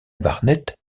barnett